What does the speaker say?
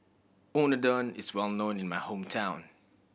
unadon is well known in my hometown